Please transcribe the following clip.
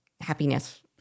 happiness